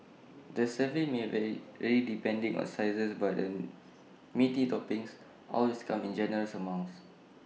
the serving may vary depending on sizes but the meaty toppings always come in generous amounts